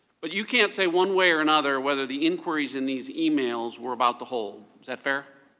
but you can't say one way or another whether the increase in these emails were about the hold, is that fair?